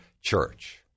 church